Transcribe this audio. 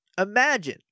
imagine